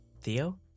Theo